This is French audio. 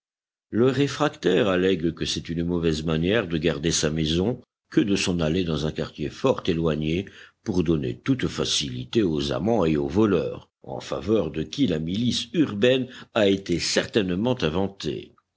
le réfractaire allègue que c'est une mauvaise manière de garder sa maison que de s'en aller dans un quartier fort éloigné pour donner toute facilité aux amants et aux voleurs en faveur de qui la milice urbaine a été certainement inventée